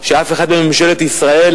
ראשון הדוברים יהיה חבר הכנסת דני דנון.